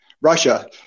Russia